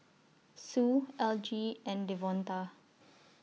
Sue Elgie and Devonta